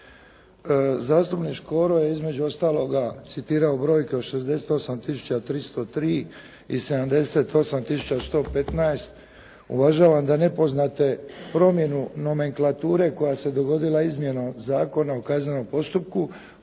Zastupnik Škoro je između ostaloga citirao brojke od 68 tisuća 303 i 78 tisuća 115 uvažavam da nepoznate promjenu nomenklature koja se dogodila izmjenom Zakona o kaznenom postupku,